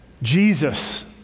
Jesus